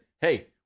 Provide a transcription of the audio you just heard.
hey